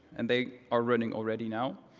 and they are running already now.